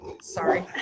Sorry